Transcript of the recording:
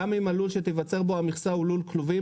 גם אם הלול שתיווצר בו המכסה הוא לול כלובים,